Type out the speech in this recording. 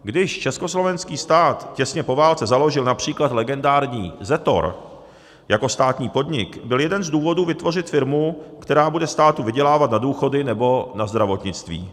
Když československý stát těsně po válce založil například legendární Zetor jako státní podnik, byl jeden z důvodů vytvořit firmu, která bude státu vydělávat na důchody nebo na zdravotnictví.